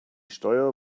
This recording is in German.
steuer